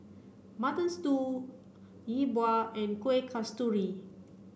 Mutton Stew Yi Bua and Kuih Kasturi